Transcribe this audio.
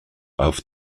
auf